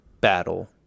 battle